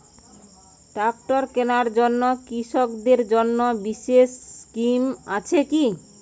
Tractor কেনার জন্য কৃষকদের জন্য বিশেষ স্কিম আছে কি?